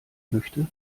möchte